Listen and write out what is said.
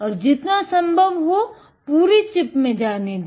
और जितना संभव हो पूरी चिप में जाने दे